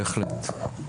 הנקודה הובהרה.